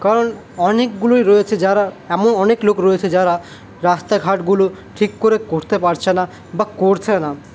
কারণ অনেকগুলোই রয়েছে যারা এমন অনেক লোক রয়েছে যারা রাস্তাঘাটগুলো ঠিক করে করতে পারছে না বা করছে না